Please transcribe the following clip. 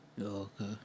okay